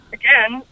again